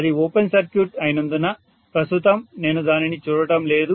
అది open circuit అయినందున ప్రస్తుతం నేను దానిని చూడటం లేదు